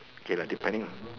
okay lah depending lah